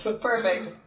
Perfect